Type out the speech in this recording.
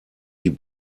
die